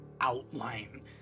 outline